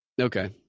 Okay